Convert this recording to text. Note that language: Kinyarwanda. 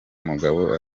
mugabo